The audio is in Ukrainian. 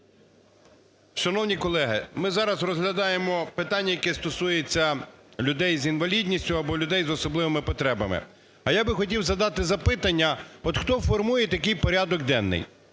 Шановні колеги, ми зараз розглядаємо питання, яке стосується людей з інвалідністю або людей з особливими потребами. А я би хотів задати запитання: от хто формує такий порядок денний?